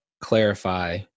clarify